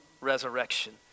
resurrection